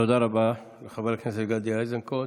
תודה רבה לחבר הכנסת גדי איזנקוט.